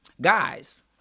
Guys